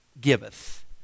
giveth